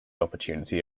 opportunity